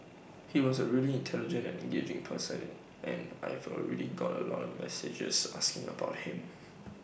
he was A really intelligent and engaging person and I've already got A lot of messages asking about him